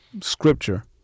scripture